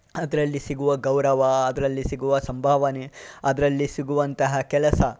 ಅದರಲ್ಲಿ ಸಿಗುವ ಗೌರವ ಅದರಲ್ಲಿ ಸಿಗುವ ಸಂಭಾವನೆ ಅದರಲ್ಲಿ ಸಿಗುವಂತಹ ಕೆಲಸ